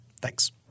Thanks